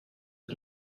are